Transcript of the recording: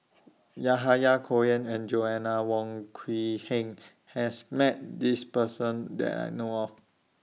Yahya Cohen and Joanna Wong Quee Heng has Met This Person that I know of